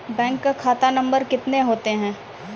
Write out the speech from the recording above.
Bank का खाता number कितने होते हैं?